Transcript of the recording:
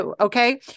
okay